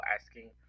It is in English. asking